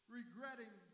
regretting